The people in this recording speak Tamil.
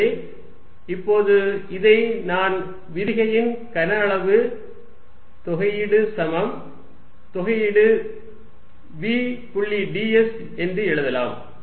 எனவே இப்போது இதை நான் விரிகையின் கன அளவு தொகையீடு சமம் தொகையீடு v புள்ளி ds என்று எழுதலாம்